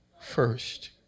first